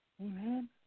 Amen